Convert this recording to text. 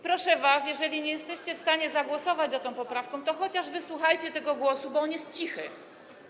Proszę was, jeżeli nie jesteście w stanie zagłosować za tą poprawką, to chociaż wysłuchajcie tego głosu, bo on jest cichy.